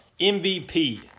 MVP